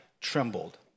trembled